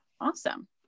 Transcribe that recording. awesome